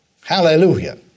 Hallelujah